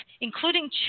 including